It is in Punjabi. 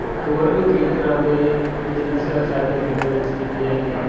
ਹੋਰ ਵੀ ਕਈ ਤਰ੍ਹਾਂ ਦੇ ਬਿਜ਼ਨਸ ਸਾਡੇ ਪਿੰਡ ਵਿੱਚ ਕੀਤੇ ਜਾਂਦੇ ਨੇ